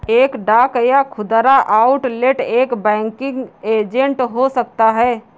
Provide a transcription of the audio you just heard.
एक डाक या खुदरा आउटलेट एक बैंकिंग एजेंट हो सकता है